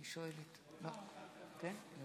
מצביע חוה אתי עטייה,